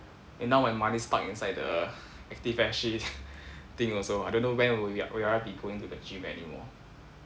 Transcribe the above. then now my money stuck inside the Active S_G thing also I don't know when will will I be going to the gym anymore